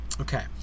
Okay